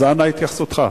אז אנא התייחסותך.